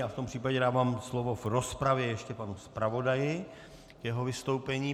V tom případě dávám slovo v rozpravě ještě panu zpravodaji k jeho vystoupení.